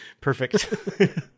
Perfect